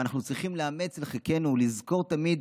ואנחנו צריכים לאמץ לחיקנו ולזכור תמיד